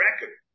record